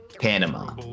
Panama